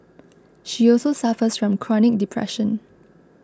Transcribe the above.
she also suffers from chronic depression